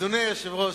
אדוני היושב-ראש,